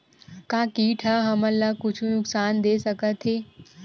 का कीट ह हमन ला कुछु नुकसान दे सकत हे?